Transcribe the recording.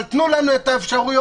אבל תנו לנו את האפשרויות,